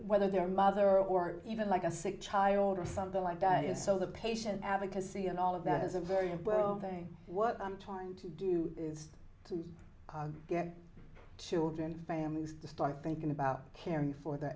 whether their mother or even like a sick child or something like that is so the patient advocacy and all of that is a very important thing what i'm trying to do is to get children families to start thinking about caring for the